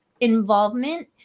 involvement